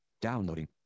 downloading